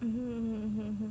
mm mm mmhmm